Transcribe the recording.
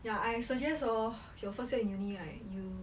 ya I suggest hor you first year in uni right you